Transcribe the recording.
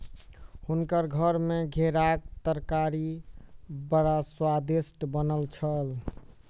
हुनकर घर मे घेराक तरकारी बड़ स्वादिष्ट बनल छल